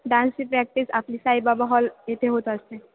डान्सची प्रॅक्टिस आपली साईबाबा हॉल इथे होत असते